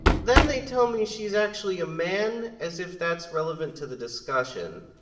then they tell me she's actually a man as if that's relevant to the discussion.